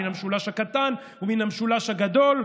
מן המשולש הקטן ומן המשולש הגדול,